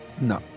no